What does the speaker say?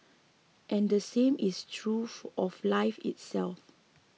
and the same is true of life itself